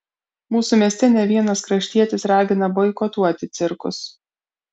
mūsų mieste ne vienas kraštietis ragina boikotuoti cirkus